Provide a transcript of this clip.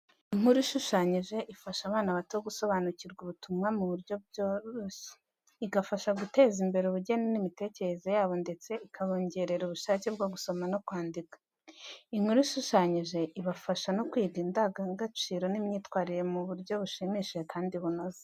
Inkuru ishushanyije ifasha abana bato gusobanukirwa ubutumwa mu buryo byoroshye, igafasha guteza imbere ubugeni n’imitekerereze yabo ndetse ikabongerera ubushake bwo gusoma no kwandika. Inkuru ishushanyije ibafasha no kwigisha indangagaciro n’imyitwarire mu buryo bushimishije kandi bunoze.